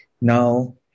now